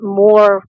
more